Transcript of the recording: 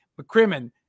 McCrimmon